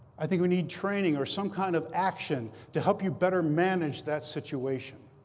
i think we need training or some kind of action to help you better manage that situation.